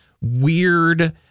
weird